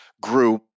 grew